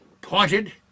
pointed